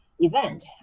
event